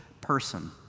person